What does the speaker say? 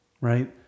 Right